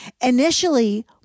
Initially